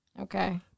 okay